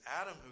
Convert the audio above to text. Adam